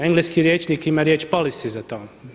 Engleski rječnik ima riječ „policy“ za to.